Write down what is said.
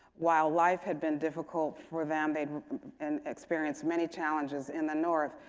while life had been difficult for them, they and experience many challenges in the north,